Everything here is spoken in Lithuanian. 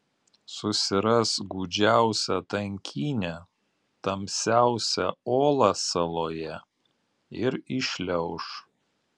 susiras gūdžiausią tankynę tamsiausią olą saloje ir įšliauš